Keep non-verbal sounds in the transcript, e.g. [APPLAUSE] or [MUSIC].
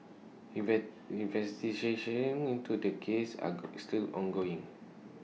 invert investigations into this case are [UNINTELLIGIBLE] still ongoing